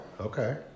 Okay